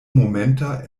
momenta